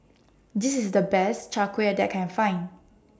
This IS The Best Chai Kueh that I Can Find